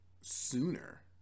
sooner